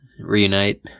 reunite